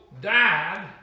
died